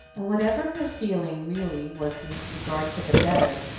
and whatever her feeling really was in regard to the matter,